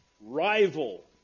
Rival